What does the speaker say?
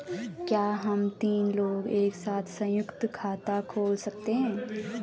क्या हम तीन लोग एक साथ सयुंक्त खाता खोल सकते हैं?